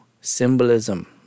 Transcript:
symbolism